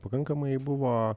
pakankamai buvo